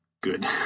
good